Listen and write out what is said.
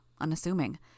unassuming